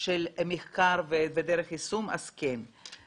של מחקר ודרך יישום אז כן.